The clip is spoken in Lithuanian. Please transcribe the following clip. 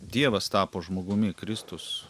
dievas tapo žmogumi kristus